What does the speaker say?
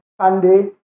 Sunday